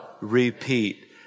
repeat